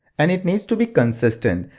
and it needs to be consistent.